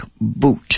boot